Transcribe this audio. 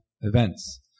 events